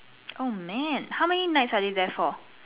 oh man how many nights are you there for